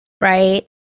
right